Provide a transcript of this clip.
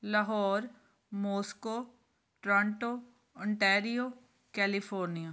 Lahore Moscow Toronto Ontario California